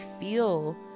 feel